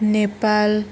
Nepal